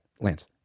Lance